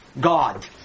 God